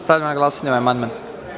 Stavljam na glasanje ovaj amandman.